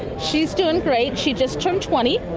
she is doing great, she just turned twenty.